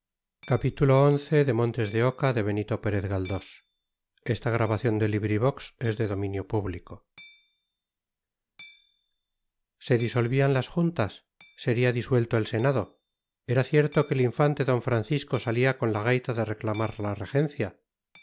se disolvían las juntas sería disuelto el senado era cierto que el infante d francisco salía con la gaita de reclamar la regencia